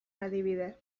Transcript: adibide